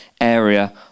area